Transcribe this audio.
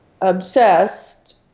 obsessed